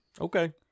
Okay